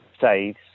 saves